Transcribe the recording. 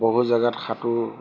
বহু জেগাত সাঁতোৰ